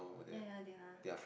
ya ya they are